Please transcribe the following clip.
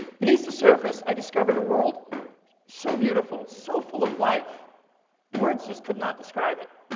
beneath the surface, i discovered a world so beautiful, so full of life words just could not describe it.